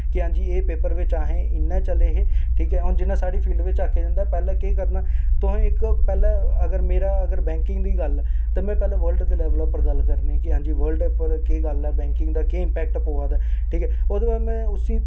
कि हां जी एह् पेपर बिच्च असें इ'यां चले हे ठीक ऐ हून जियां साढ़ी फील्ड बिच्च आखेआ जंदा पैह्लें केह् करना तुसें इक पैहलें अगर मेरा अगर बैंकिंग दी गल्ल ऐ ते में पैह्लें बल्ड दे लैवल उप्पर गल्ल करनी के हां जी बर्ल्ड उप्पर केह् गल्ल ऐ बैंकिंग दा केह् इंपैक्ट पवा दा ठीक ऐ ओह्दे बाद में उसी